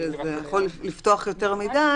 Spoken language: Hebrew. שזה יכול לפתוח יותר מדיי,